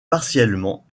partiellement